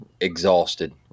exhausted